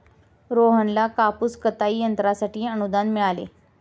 रोहनला कापूस कताई यंत्रासाठी अनुदान मिळाले